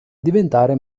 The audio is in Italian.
diventare